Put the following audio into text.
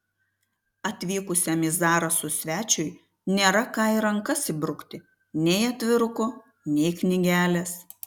atvykusiam į zarasus svečiui nėra ką į rankas įbrukti nei atviruko nei knygelės